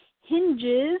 hinges